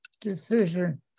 decision